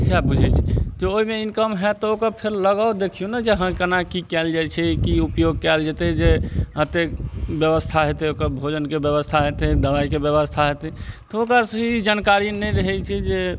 सएह बुझय छै तऽ ओइमे इनकम हैत तऽ ओकर फेर लगाउ देखियौ ने जे हँ केना की कयल जाइ छै की उपयोग कयल जेतय जे एतेक व्यवस्था हेतय ओकर भोजनके व्यवस्था हेतय दवाइके व्यवस्था हेतय तऽ ओकरसँ ई जानकारी नहि रहय छै जे